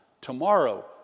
Tomorrow